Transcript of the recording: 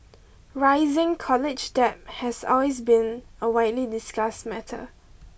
rising college debt has always been a widely discussed matter